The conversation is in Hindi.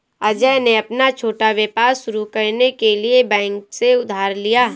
अजय ने अपना छोटा व्यापार शुरू करने के लिए बैंक से उधार लिया